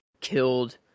killed